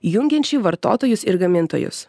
jungiančiai vartotojus ir gamintojus